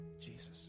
Jesus